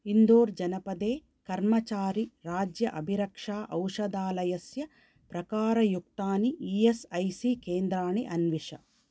इन्दौर् जनपदे कर्मचारिराज्य अभिरक्षा औषधालयस्य प्रकारयुक्तानि ई एस् ऐ सी केन्द्राणि अन्विष